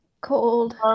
Cold